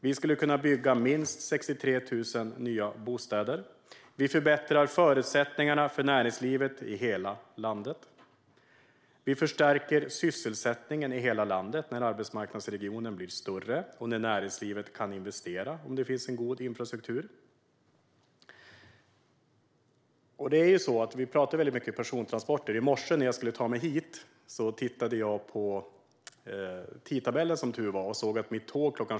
Vi skulle kunna bygga minst 63 000 nya bostäder. Vi skulle förbättra förutsättningarna för näringslivet i hela landet. Vi skulle förstärka sysselsättningen i hela landet när arbetsmarknadsregionen blir större och när näringslivet kan investera, om det finns en god infrastruktur. Vi talar väldigt mycket om persontransporter. I morse när jag skulle ta mig hit tittade jag som tur var i tidtabellen och såg att mitt tåg kl.